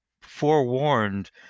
forewarned